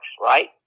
right